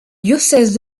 diocèse